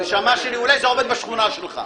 אולי זה עובד בשכונה שלך.